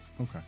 Okay